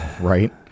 Right